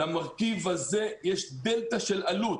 למרכיב הזה יש דלתא של עלות,